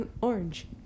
orange